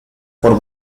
por